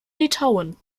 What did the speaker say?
litauen